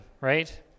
right